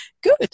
good